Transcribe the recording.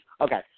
okay